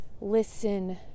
listen